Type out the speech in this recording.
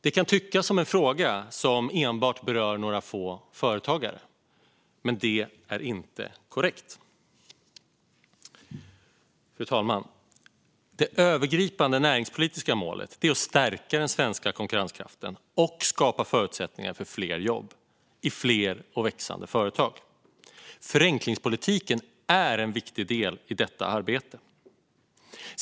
Det kan tyckas vara en fråga som enbart berör några få företagare, men det är inte korrekt. Fru talman! Det övergripande näringspolitiska målet är att stärka den svenska konkurrenskraften och skapa förutsättningar för fler jobb i fler och växande företag. Förenklingspolitiken är en viktig del i detta arbete.